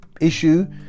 issue